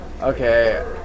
okay